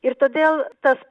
ir todėl tas